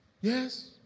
Yes